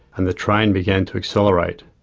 and the train began to accelerate.